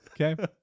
Okay